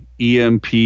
EMP